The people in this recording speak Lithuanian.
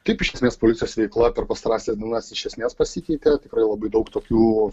taip iš esmės policijos veikla per pastarąsias dienas iš esmės pasikeitė tikrai labai daug tokių